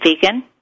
vegan